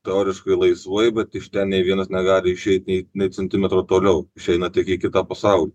teoriškai laisvai bet iš ten nei vienas negali išeiti nei ne centimetro toliau išeina tik į kitą pasaulį